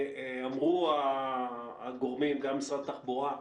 אמרו הגורמים, גם משרד התחבורה,